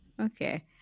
Okay